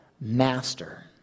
master